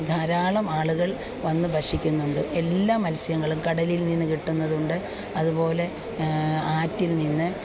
ധാരാളം ആളുകൾ വന്ന് ഭക്ഷിക്കുന്നുണ്ട് എല്ലാ മത്സ്യങ്ങളും കടലിൽ നിന്ന് കിട്ടുന്നതുണ്ട് അതുപോലെ ആറ്റിൽ നിന്ന്